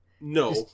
no